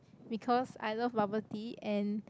because I love bubble tea and